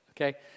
okay